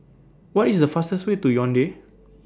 What IS The fastest Way to Yaounde